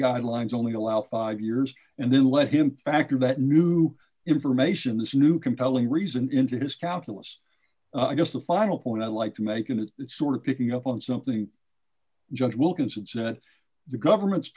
guidelines only allow five years and then let him factor that new information this new compelling reason into his calculus i guess the final point i'd like to make and it's sort of picking up on something judge wilkins it's that the government's